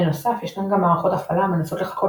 בנוסף ישנן גם מערכות הפעלה המנסות לחקות